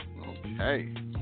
Okay